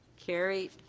carried.